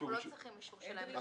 לא צריך אישור שלהם.